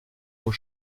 aux